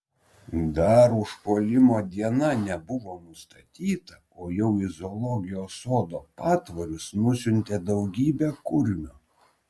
dar užpuolimo diena nebuvo nustatyta o jau į zoologijos sodo patvorius nusiuntė daugybę kurmių